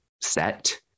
set